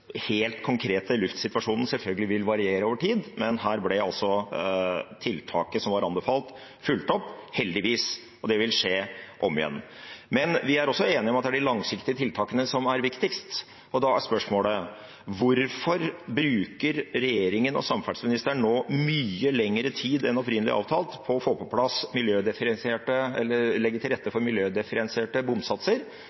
helt konkrete luftkvaliteten selvfølgelig vil variere over tid. Men her ble altså tiltaket som var anbefalt, fulgt opp, heldigvis, og det vil skje om igjen. Vi er også enige om at det er de langsiktige tiltakene som er viktigst. Da er spørsmålet: Hvorfor bruker regjeringen og samferdselsministeren nå mye lengre tid enn opprinnelig avtalt, på å legge til rette for miljødifferensierte